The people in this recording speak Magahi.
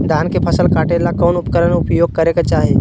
धान के फसल काटे ला कौन उपकरण उपयोग करे के चाही?